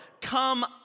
come